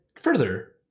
further